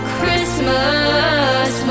Christmas